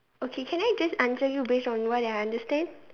okay can I just answer you based on what I understand